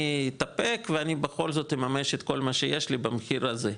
אני אתאפק ואני בכל זאת אממש את כל מה שיש לי במחיר הזה,